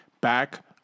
back